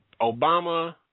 Obama